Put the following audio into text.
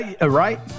Right